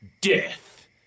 Death